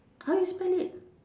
how you spell it